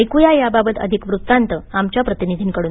ऐकुया याबाबत अधिक वृत्तांत आमच्या प्रतिनिधीकडून